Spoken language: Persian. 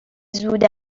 زود